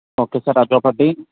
okay sir అది ఒకటి